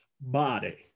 body